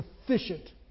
sufficient